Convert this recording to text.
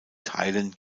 teilen